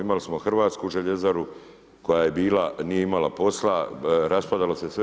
Imali smo hrvatsku željezaru koja je bila, nije imala posla, raspadalo se sve.